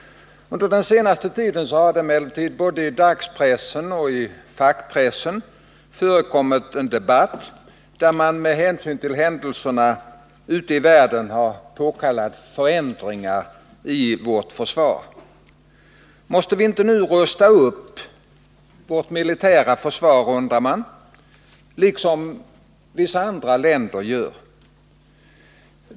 Under den senaste tiden har både i dagspressen och i fackpressen världen har förekommit en debatt där man med hänsyn till händelserna ute i påkallat förändringar i vårt försvar. Man undrar: Måste vi inte nu rusta upp vårt militära försvar, liksom vissa andra länder gör?